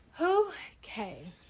Okay